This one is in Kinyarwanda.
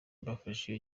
bafashe